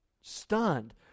stunned